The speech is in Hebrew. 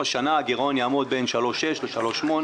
השנה הגרעון יעמוד בין 3.6% ל-3.8%,